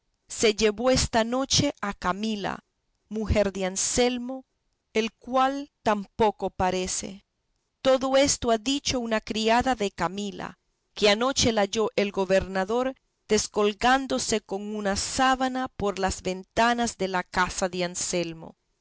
se llevó esta noche a camila mujer de anselmo el cual tampoco parece todo esto ha dicho una criada de camila que anoche la halló el gobernador descolgándose con una sábana por las ventanas de la casa de anselmo